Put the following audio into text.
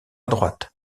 droite